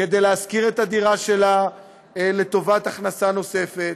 כדי להשכיר את הדירה שלה לטובת הכנסה נוספת.